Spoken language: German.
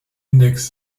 index